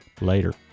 Later